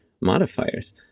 modifiers